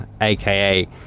aka